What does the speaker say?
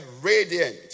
radiant